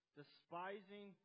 despising